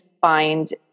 find